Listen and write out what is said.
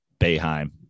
Bayheim